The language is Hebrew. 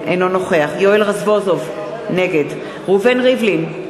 אינו נוכח יואל רזבוזוב, נגד ראובן ריבלין,